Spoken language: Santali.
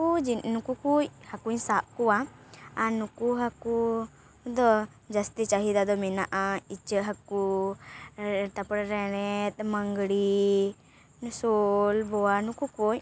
ᱱᱩᱠᱩ ᱠᱚ ᱦᱟᱹᱠᱩᱧ ᱥᱟᱵ ᱠᱚᱣᱟ ᱟᱨ ᱱᱩᱠᱩ ᱦᱟᱹᱠᱩ ᱫᱚ ᱡᱟᱹᱥᱛᱤ ᱪᱟᱹᱦᱤᱫᱟ ᱫᱚ ᱢᱮᱱᱟᱜᱼᱟ ᱤᱪᱟᱹᱜ ᱦᱟᱹᱠᱩ ᱛᱟᱯᱚᱨᱮ ᱨᱮᱬᱮᱫ ᱢᱟᱹᱝᱜᱽᱨᱤ ᱥᱳᱞ ᱵᱳᱭᱟᱲ ᱱᱩᱠᱩ ᱠᱚ